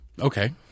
Okay